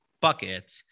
bucket